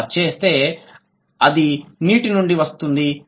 ఆలా చేస్తే అది నీటి నుండి వస్తుంది